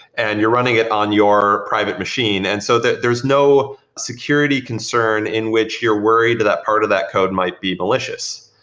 and you're running it on your private machine, and so there is no security concern in which you're worried that part of that code might be malicious.